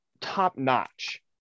top-notch